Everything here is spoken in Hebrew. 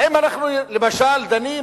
האם אנחנו, למשל, דנים